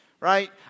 right